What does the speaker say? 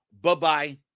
bye-bye